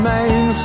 Main